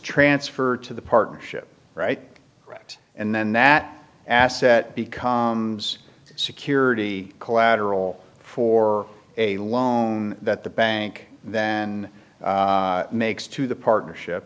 transferred to the partnership right act and then that asset become security collateral for a loan that the bank then makes to the partnership